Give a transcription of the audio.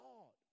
God